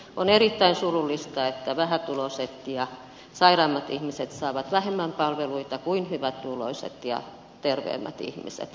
on erittäin surullista että vähätuloiset ja sairaammat ihmiset saavat vähemmän palveluita kuin hyvätuloiset ja terveemmät ihmiset